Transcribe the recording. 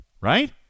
Right